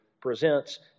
presents